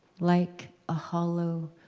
like a hollow,